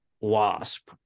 wasp